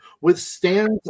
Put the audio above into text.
withstands